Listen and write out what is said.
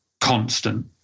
constant